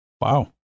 Wow